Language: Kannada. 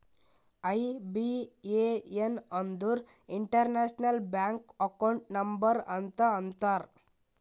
ಐ.ಬಿ.ಎ.ಎನ್ ಅಂದುರ್ ಇಂಟರ್ನ್ಯಾಷನಲ್ ಬ್ಯಾಂಕ್ ಅಕೌಂಟ್ ನಂಬರ್ ಅಂತ ಅಂತಾರ್